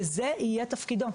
וזה יהיה תפקידו.